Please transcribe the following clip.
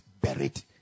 buried